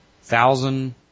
thousand